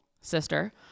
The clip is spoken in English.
sister